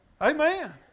Amen